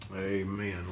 Amen